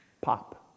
pop